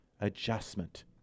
adjustment